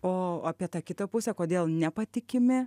o apie tą kitą pusę kodėl nepatikimi